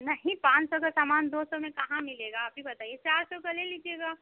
नहीं पाँच सौ का सामान दो सौ में कहाँ मिलेगा आप ही बताइए चार सौ का ले लीजिएगा